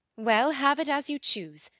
well, have it as you choose.